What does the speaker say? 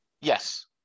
Yes